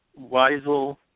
Weisel